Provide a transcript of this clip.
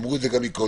אמרו את זה גם מקודם,